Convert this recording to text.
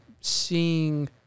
seeing